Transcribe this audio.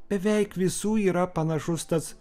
beveik visų yra panašus tas